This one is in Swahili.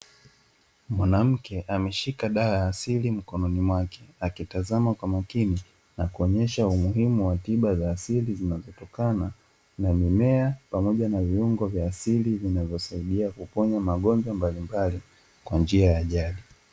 Mwanamke ameshika dawa ya asili mkononi mwake, akitazama kwa makini na kuonesha umuhimu wa tiba za asili zinazotokana na mimea pamoja na viuongo vya asili, vinayosaidia kuponya magonjwa mbalimbali kwa njia ya ajali.